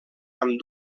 amb